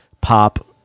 pop